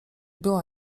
była